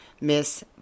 Miss